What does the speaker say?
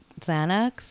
xanax